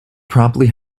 promptly